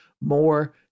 more